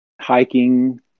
hiking